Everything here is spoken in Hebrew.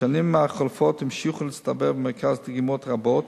בשנים החולפות המשיכו להצטבר במרכז דגימות רבות.